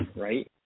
Right